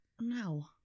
no